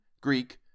Greek